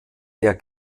der